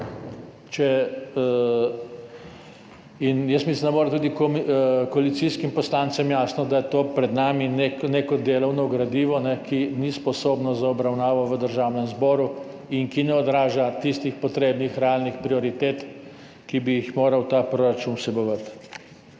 to? Jaz mislim, da mora biti tudi koalicijskim poslancem jasno, da je pred nami neko delovno gradivo, ki ni sposobno obravnave v Državnem zboru in ki ne odraža tistih potrebnih realnih prioritet, ki bi jih moral ta proračun vsebovati.